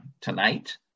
tonight